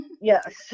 Yes